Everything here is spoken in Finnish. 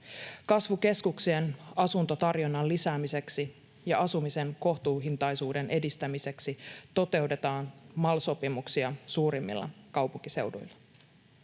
Kasvukeskuksien asuntotarjonnan lisäämiseksi ja asumisen kohtuuhintaisuuden edistämiseksi toteutetaan MAL-sopimuksia suurimmilla kaupunkiseuduilla.